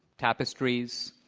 tapestries,